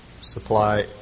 Supply